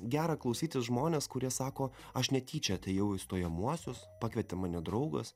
gera klausytis žmones kurie sako aš netyčia atėjau į stojamuosius pakvietė mane draugas